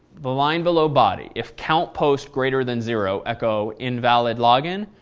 the line below body, if count post greater than zero echo invalid login.